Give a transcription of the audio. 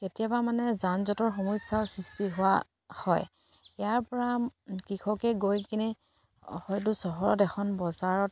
কেতিয়াবা মানে যান জঁটৰ সমস্যাও সৃষ্টি হোৱা হয় ইয়াৰ পৰা কৃষকে গৈ কিনে হয়তো চহৰত এখন বজাৰত